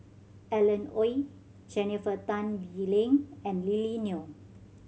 Alan Oei Jennifer Tan Bee Leng and Lily Neo